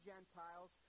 Gentiles